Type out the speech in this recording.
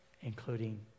including